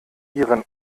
ihren